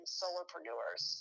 solopreneurs